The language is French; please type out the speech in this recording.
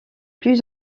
plus